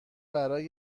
برای